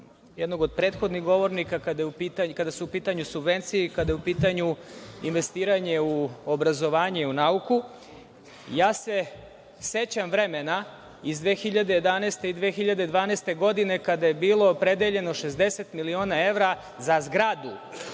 jednog od prethodnih govornika kada su u pitanju subvencije i kada je u pitanju investiranje u obrazovanje i u nauku. Ja se sećam vremena iz 2011. i 2012. godine, kada je bilo opredeljeno 60 miliona evra za zgradu